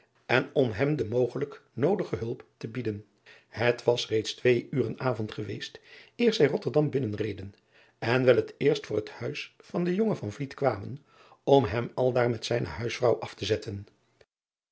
en om hem de mogelijk noodige hulp te bieden et was reeds twee uren avond geweest eer zij otterdam binnenreden en wel het eerst voor het huis van den jongen kwamen om hem aldaar met zijne huisvrouw af te zetten